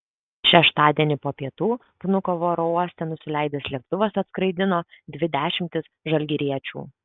šeštadienį po pietų vnukovo oro uoste nusileidęs lėktuvas atskraidino dvi dešimtis žalgiriečių